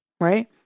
Right